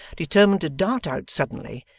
determined to dart out suddenly,